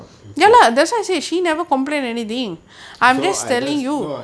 so I does no